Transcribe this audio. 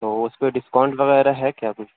تو اس پہ ڈسکاؤنٹ وغیرہ ہے کیا کچھ